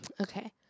Okay